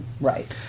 Right